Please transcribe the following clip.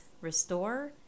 restore